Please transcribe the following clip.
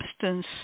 substance